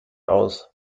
aus